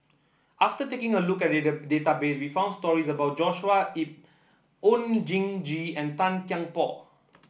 after taking a look at data database we found stories about Joshua Ip Oon Jin Gee and Tan Kian Por